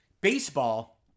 baseball